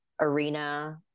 arena